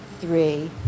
three